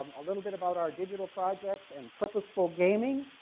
a little bit about our digital projects and purposeful gaming.